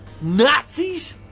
Nazis